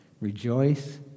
Rejoice